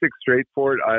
straightforward